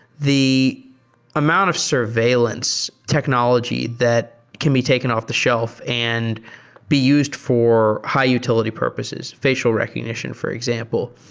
the amount of surveillance technology that can be taken off-the-shelf and be used for high-utility purposes, facial recognition for example,